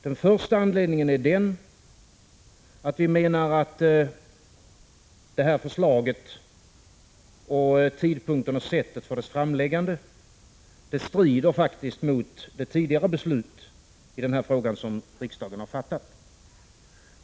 Den första anledningen är att förslaget, och valet av tidpunkt och sätt för dess framläggande, enligt vår mening faktiskt strider mot det tidigare beslut i denna fråga som riksdagen har fattat.